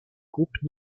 groupes